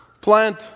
plant